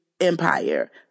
empire